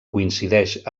coincideix